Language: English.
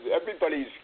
everybody's